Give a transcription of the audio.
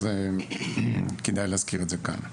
אז כדאי להזכיר את זה כאן.